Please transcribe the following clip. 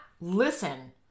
listen